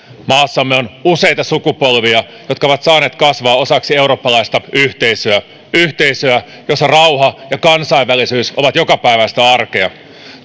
maassamme on useita sukupolvia jotka ovat saaneet kasvaa osaksi eurooppalaista yhteisöä yhteisöä jossa rauha ja kansainvälisyys ovat jokapäiväistä arkea